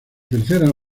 tercera